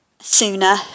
sooner